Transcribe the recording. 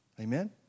Amen